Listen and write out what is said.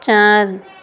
چار